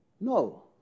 No